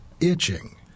itching